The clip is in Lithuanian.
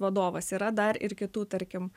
vadovas yra dar ir kitų tarkim